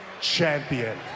champion